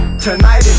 Tonight